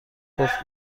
گفت